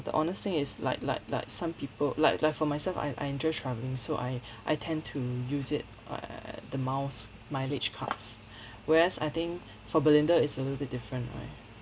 the honest thing is like like like some people like like for myself I I enjoy traveling so I I tend to use it err the miles mileage cards whereas I think for belinda it's a little bit different right